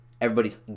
Everybody's